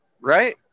right